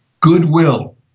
Goodwill